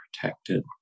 protected